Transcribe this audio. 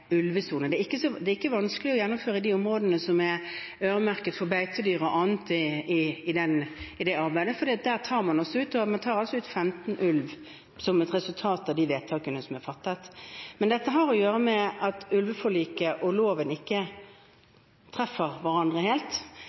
ikke vanskelig å gjennomføre i de områdene som er avmerket for beitedyr og annet, for der tar man ut, og man tar altså ut 15 ulv som et resultat av de vedtakene som er fattet. Men dette har å gjøre med at ulveforliket og loven ikke treffer hverandre helt,